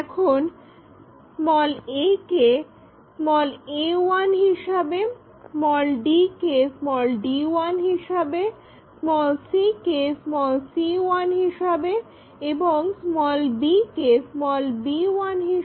এখন a কে a1 হিসাবে d কে d1 হিসাবে c কে c1 হিসাবে এবং b কে b1 হিসাবে দেখা যায়